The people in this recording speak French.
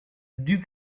duc